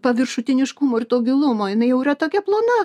paviršutiniškumo ir to gilumo jinai jau yra tokia plona